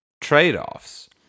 trade-offs